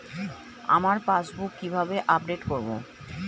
আমার পাসবুক কিভাবে আপডেট করবো?